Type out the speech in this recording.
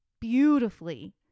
beautifully